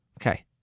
Okay